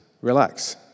relax